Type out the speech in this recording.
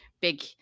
big